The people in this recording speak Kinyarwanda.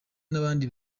n’abandi